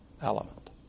element